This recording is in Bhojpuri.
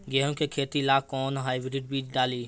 गेहूं के खेती ला कोवन हाइब्रिड बीज डाली?